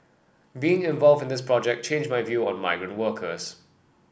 being involved in this project changed my view on migrant workers